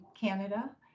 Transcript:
Canada